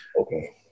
okay